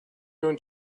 going